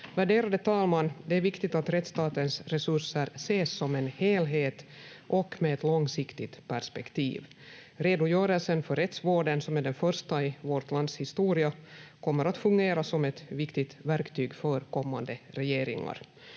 Värderade talman! Det är viktigt att rättsstatens resurser ses som en helhet och med ett långsiktigt perspektiv. Redogörelsen för rättsvården, som är den första i vårt lands historia, kommer att fungera som ett viktigt verktyg för kommande regeringar.